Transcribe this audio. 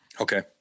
Okay